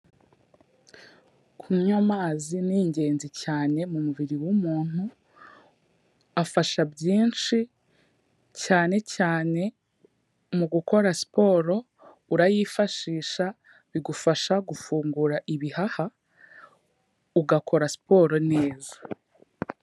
Kunywa amazi ni ingenzi cyane mu mubiri w'umuntu, afasha byinshi, cyane cyane mu gukora siporo urayifashisha, bigufasha gufungura ibihaha, ugakora siporo neza.